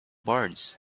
boards